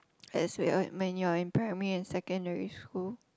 as we're when you're in primary and secondary school